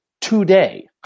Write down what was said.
today